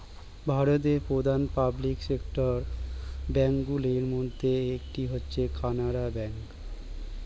ভারতের প্রধান public sector bank গুলির মধ্যে একটি হচ্ছে কানারা ব্যাঙ্ক